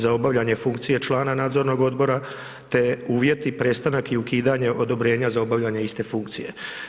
za obavljanje funkcije člana nadzornog odbora, te uvjeti, prestanak i ukidanje odobrenja za obavljanje iste funkcije.